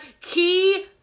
key